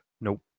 Nope